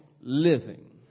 living